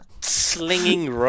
Slinging